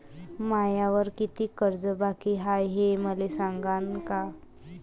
मायावर कितीक कर्ज बाकी हाय, हे मले सांगान का?